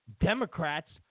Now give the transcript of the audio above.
Democrats